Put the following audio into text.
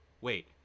wait